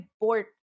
bored